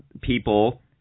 people